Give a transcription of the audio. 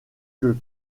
que